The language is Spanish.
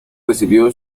recibió